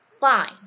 Fine